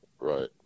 Right